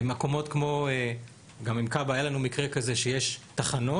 מקומות כמו כב"ה, היה לנו מקרה כזה, שיש תחנות,